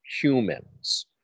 humans